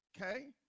okay